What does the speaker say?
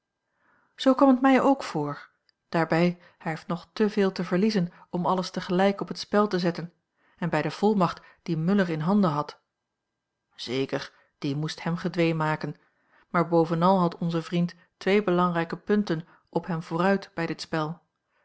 zoo kwam het mij ook voor daarbij hij heeft nog te veel te verliezen om alles tegelijk op het spel te zetten en bij de volmacht die muller in handen had zeker die moest hem gedwee maken maar bovenal had onze vriend twee belangrijke punten op hem vooruit bij dit spel